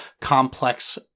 complex